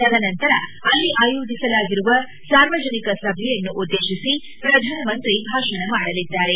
ತದನಂತರ ಅಲ್ಲಿ ಆಯೋಜಿಸಲಾಗಿರುವ ಸಾರ್ವಜನಿಕ ಸಭೆಯನ್ನುದ್ದೇಶಿ ಪ್ರಧಾನಮಂತ್ರಿ ಭಾಷಣ ಮಾಡಲಿದ್ದಾರೆ